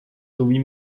sowie